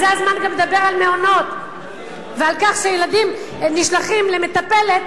אז זה הזמן גם לדבר על מעונות ועל כך שילדים נשלחים למטפלת,